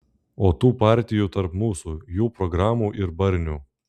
o tų partijų tarp mūsų jų programų ir barnių